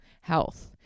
health